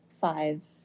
five